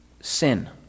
sin